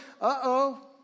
uh-oh